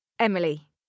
Emily